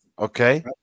Okay